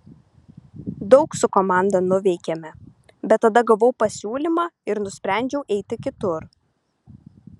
daug su komanda nuveikėme bet tada gavau pasiūlymą ir nusprendžiau eiti kitur